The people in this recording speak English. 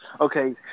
Okay